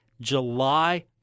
July